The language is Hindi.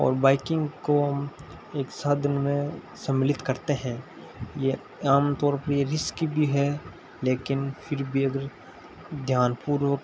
और बाइकिंग को हम एक साधन में सम्मिलित करते हैं ये आम तौर पे ये रिस्क भी है लेकिन फिर भी अगर ध्यानपूर्वक